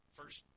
first